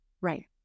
right